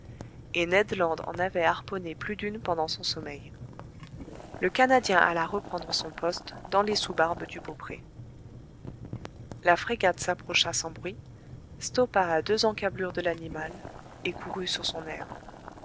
et ned land en avait harponné plus d'une pendant son sommeil le canadien alla reprendre son poste dans les sous barbes du beaupré la frégate s'approcha sans bruit stoppa à deux encablures de l'animal et courut sur son erre